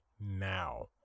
now